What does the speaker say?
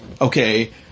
okay